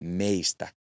meistä